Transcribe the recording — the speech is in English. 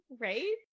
Right